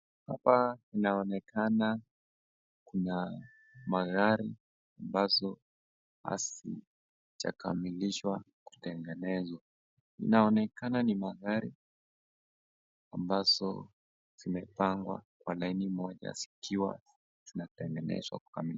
Hapa inaonekana kuna magari ambazo hazijakamilishwa kutengenezwa, inaonekana ni magari ambazo zimepangwa kwa laini moja zikiwa zinatengenezwa kukamilika.